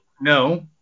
no